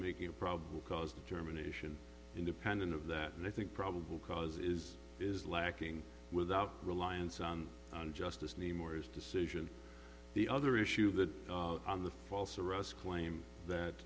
making a probable cause determination independent of that and i think probable cause is is lacking without reliance on justice name or his decision the other issue that the false arrest claim that